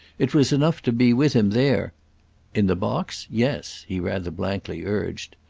it was enough to be with him there in the box? yes, he rather blankly urged.